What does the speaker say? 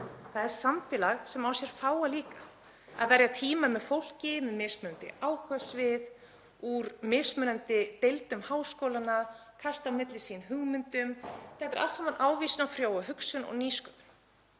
Það er samfélag sem á sér fáa líka. Það að verja tíma með fólki með mismunandi áhugasvið úr mismunandi deildum háskólanna, kasta á milli sín hugmyndum — þetta er allt saman ávísun á frjóa hugsun og nýsköpun